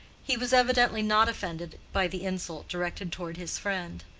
he was evidently not offended by the insult directed toward his friend.